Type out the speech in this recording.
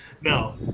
No